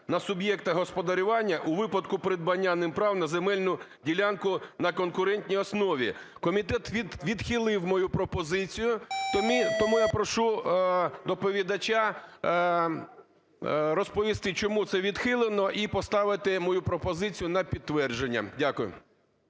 на суб'єкти господарювання у випадку придбання ним прав на земельну ділянку на конкурентній основі. Комітет відхилив мою пропозицію. Тому я прошу доповідача розповісти, чому це відхилено, і поставити мою пропозицію на підтвердження. Дякую.